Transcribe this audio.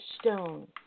stone